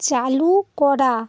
চালু করা